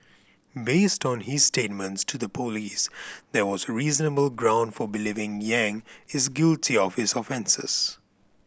based on his statements to the police there was reasonable ground for believing Yang is guilty of his offences